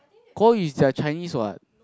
国语 is their Chinese what